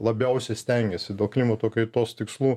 labiausiai stengiasi dėl klimato kaitos tikslų